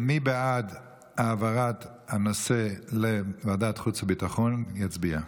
מי שבעד העברת הנושא לוועדת החוץ והביטחון יצביע.